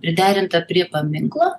priderinta prie paminklo